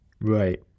Right